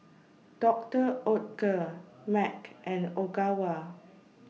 Doctor Oetker Mac and Ogawa